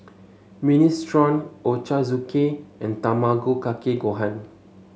Minestrone Ochazuke and Tamago Kake Gohan